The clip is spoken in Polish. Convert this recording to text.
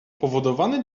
powodowany